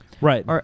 Right